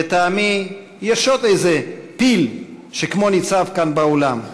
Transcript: לטעמי יש עוד איזה פיל שכמו ניצב כאן באולם,